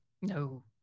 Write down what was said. no